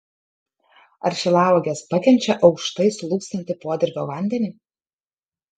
ar šilauogės pakenčia aukštai slūgsantį podirvio vandenį